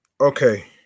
okay